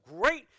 great